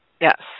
Yes